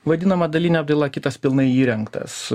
vadinama daline apdaila kitas pilnai įrengtas